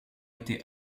été